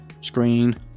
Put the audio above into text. screen